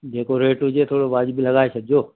जेको रेट हुजे थोरो वाजिबी लॻाए छॾिजो